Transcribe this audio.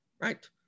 right